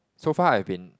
so far I have been